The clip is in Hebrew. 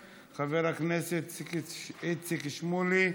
מוותר, חבר הכנסת איציק שמולי?